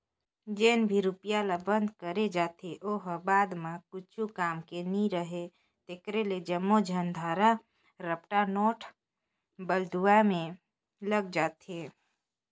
जेन भी रूपिया ल बंद करे जाथे ओ ह बाद म कुछु काम के नी राहय तेकरे ले जम्मो झन धरा रपटा नोट बलदुवाए में लग जाथे